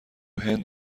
هند